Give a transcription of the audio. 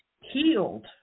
healed